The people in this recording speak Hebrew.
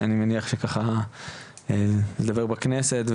אני מניח שלדבר בכנסת,